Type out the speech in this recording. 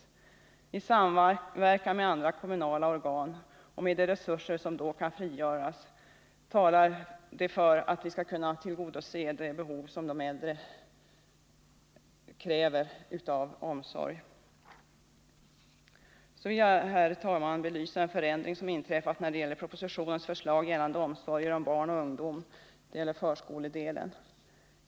Det talar för att det skall bli möjligt, i samverkan med andra kommunala organ och med de resurser som då kan frigöras, att tillgodose de behov av omsorg som de äldre har. Så vill jag, herr talman, belysa en förändring som inträffat när det gäller propositionens förslag rörande omsorger om barn och ungdom, förskoledelen.